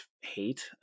hate